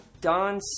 Don